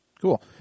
Cool